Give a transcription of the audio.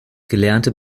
gelernte